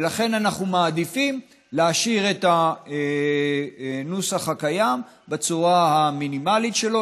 ולכן אנחנו מעדיפים להשאיר את הנוסח הקיים בצורה המינימלית שלו,